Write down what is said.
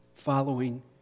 following